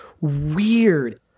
weird